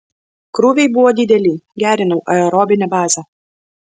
krūviai buvo dideli gerinau aerobinę bazę